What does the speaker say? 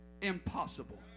impossible